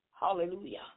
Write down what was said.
Hallelujah